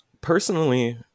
Personally